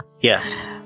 Yes